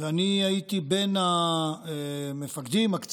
ואני הייתי בין המפקדים, הקצינים,